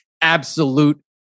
absolute